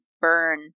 burn